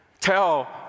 tell